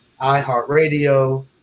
iHeartRadio